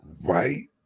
right